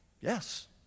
Yes